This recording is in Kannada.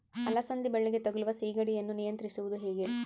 ಅಲಸಂದಿ ಬಳ್ಳಿಗೆ ತಗುಲುವ ಸೇಗಡಿ ಯನ್ನು ನಿಯಂತ್ರಿಸುವುದು ಹೇಗೆ?